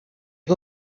que